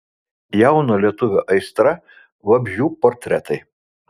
jauno lietuvio aistra vabzdžių portretai